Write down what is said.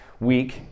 week